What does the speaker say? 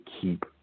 keep